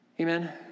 Amen